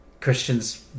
Christian's